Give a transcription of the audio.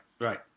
Right